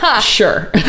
sure